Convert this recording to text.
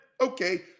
Okay